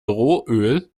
rohöl